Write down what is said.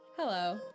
Hello